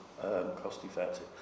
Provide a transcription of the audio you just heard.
cost-effective